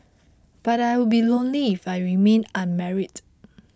but I would be lonely if I remained unmarried